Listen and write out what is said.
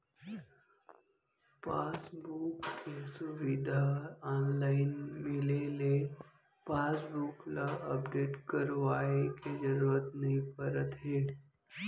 passbook के सुबिधा online मिले ले पासबुक ल अपडेट करवाए के जरूरत नइ परत हे